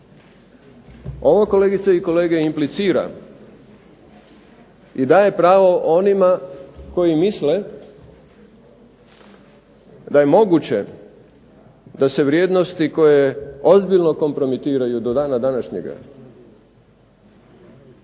Ovo kolegice i kolege implicira i daje pravo onima koji misle da je moguće da se vrijednosti koje ozbiljno kompromitiraju do dana današnjega